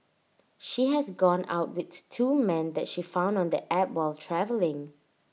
she has gone out with two men that she found on the app while travelling